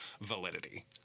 validity